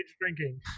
drinking